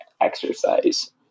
exercise